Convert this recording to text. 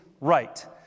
right